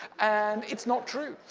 and it's not true.